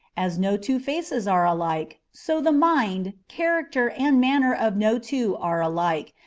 as no two faces are alike, so the mind, character, and manner of no two are alike,